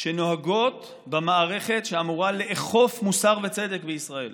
שנוהגות במערכת שאמורה לאכוף מוסר וצדק בישראל.